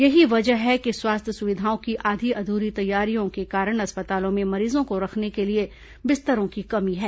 यही वजह है कि स्वास्थ्य सुविधाओं की आधी अध्री तैयारियों के कारण अस्पतालों में मरीजों को रखने के लिए बिस्तरों की कमी है